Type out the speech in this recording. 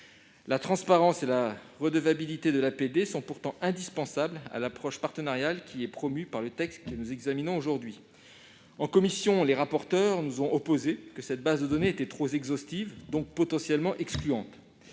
La transparence et la redevabilité de l'APD sont pourtant indispensables à l'approche partenariale qui est promue par le texte que nous examinons aujourd'hui. En commission, les rapporteurs nous ont opposé le fait que cette base de données était trop exhaustive, donc potentiellement excluante.